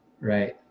right